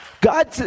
god